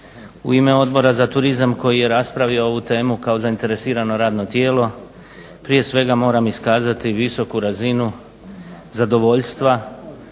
U ime Odbora za turizam koji je raspravio ovu temu kao zainteresirano radno tijelo prije svega moram iskazati visoku razinu zadovoljstva